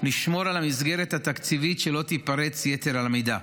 גיסא נשמור על המסגרת התקציבית שלא תיפרץ יתר על המידה.